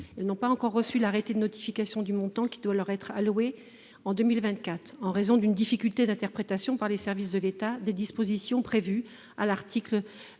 n’ont pas encore reçu l’arrêté de notification du montant qui doit leur être alloué en 2024, en raison d’une difficulté d’interprétation par les services de l’État des dispositions de l’article L.